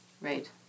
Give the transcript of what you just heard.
right